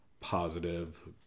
positive